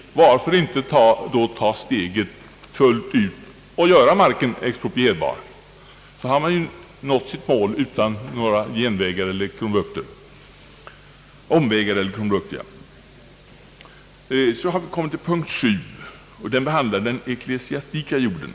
Varför då inte ta steget fullt ut och göra marken exproprierbar? Då har man nått sitt mål utan några omvägar och krumbukter. Punkt 7 behandlar den ecklesiastika jorden.